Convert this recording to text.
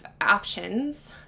options